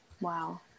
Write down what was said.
Wow